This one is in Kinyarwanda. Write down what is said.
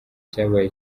cyabaye